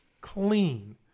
clean